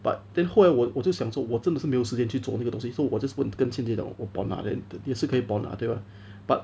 but then 后来我就想说我真的是没有时间去做那个东西 so 我 just 问跟 qin jie 讲我 pon lah then 也是可以 pon lah 对吗 but